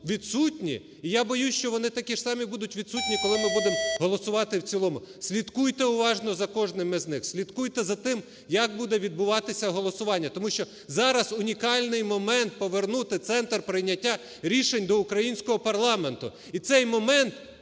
відсутні, і я боюся, що вони такі ж самі будуть відсутні, коли ми будемо голосувати в цілому. Слідкуйте уважно за кожним із них. Слідкуйте за тим, як буде відбуватися голосування. Тому що зараз унікальний момент повернути центр прийняття рішень до українського парламенту. І цей момент